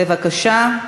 בבקשה.